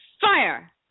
fire